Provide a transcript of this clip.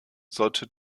sollte